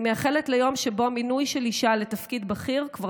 אני מייחלת ליום שבו מינוי של אישה לתפקיד בכיר כבר